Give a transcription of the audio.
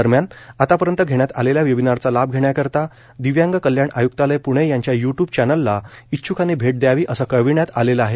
दरम्यान आतापर्यंत घेण्यात आलेल्या वेबीनारचा लाभ घेण्याकरिता दिव्यांग कल्याण आय्क्तालय प्णे यांच्या य् टयूब चॅनलला इच्छ्कांनी भेट द्यावी असं कळविण्यात आलं आहे